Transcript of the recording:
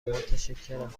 متشکرم